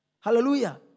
Hallelujah